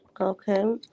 Okay